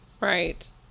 right